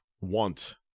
want